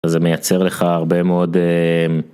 זה מייצר לך הרבה מאוד...